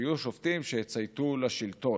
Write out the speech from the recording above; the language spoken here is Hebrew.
שיהיו שופטים שיצייתו לשלטון,